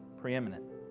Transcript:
preeminent